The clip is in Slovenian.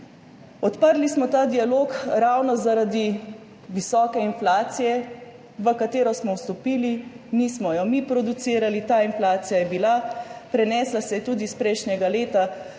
Odprli smo ta dialog ravno zaradi visoke inflacije, v katero smo vstopili. Nismo je mi producirali, ta inflacija je bila, prenesla se je tudi iz prejšnjega leta